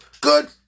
good